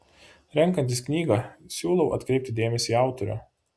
renkantis knygą siūlau atkreipti dėmesį į autorių